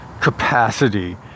capacity